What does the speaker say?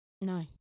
No